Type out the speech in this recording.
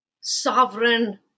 sovereign